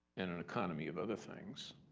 and an economy of other things.